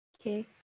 Okay